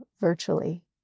virtually